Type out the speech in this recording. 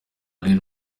little